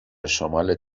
شمال